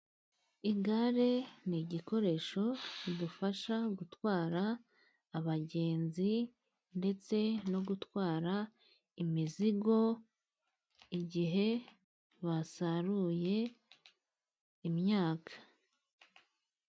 Igare ni igikoresho kidufasha gutwara abagenzi, ndetse no gutwara imizigo, igihe basaruye imyaka.